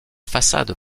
façade